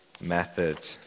method